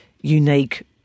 unique